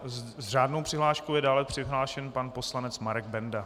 S řádnou přihláškou je dále přihlášen pan poslanec Marek Benda.